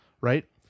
right